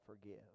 forgive